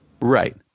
right